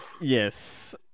yes